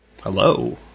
Hello